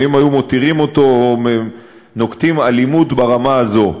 האם היו נוקטים אלימות ברמה הזאת?